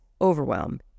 overwhelm